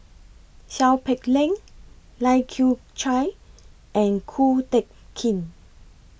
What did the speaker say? Seow Peck Leng Lai Kew Chai and Ko Teck Kin